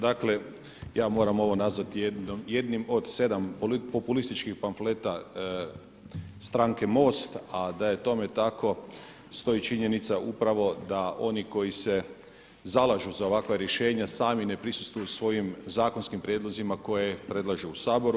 Dakle ja moram ovo nazvati jednim od 7 populističkih pamfleta stranke MOST-a a da je tome tako stoji činjenica upravo da oni koji se zalažu za ovakva rješenja sami ne prisustvuju svojim zakonskim prijedlozima koje predlažu u Saboru.